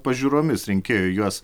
pažiūromis rinkėjui juos